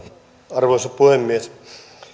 arvoisa puhemies